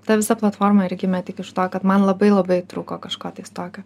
ta visa platforma ir gimė tik iš to kad man labai labai trūko kažko tais tokio